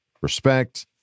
respect